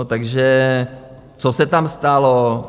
Takže co se tam stalo?